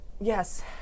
Yes